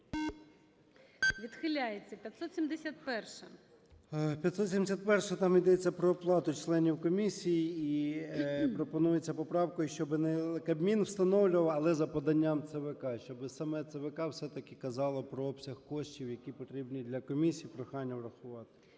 О.М. 571-а, там йдеться про оплату членів комісії і пропонується поправкою, щоб не Кабмін встановлював, але за поданням ЦВК, щоб саме ЦВК все-таки казало про обсяг коштів, які потрібні для комісії. Прохання врахувати.